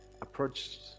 approached